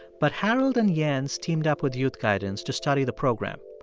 but harold and jens teamed up with youth guidance to study the program.